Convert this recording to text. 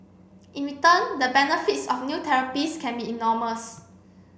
in return the benefits of new therapies can be enormous